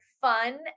fun